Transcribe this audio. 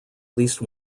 least